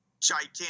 gigantic